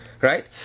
right